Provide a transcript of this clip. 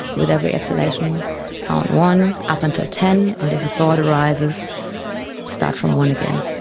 with every exhalation count one, up until ten, and if a thought arises start from one again.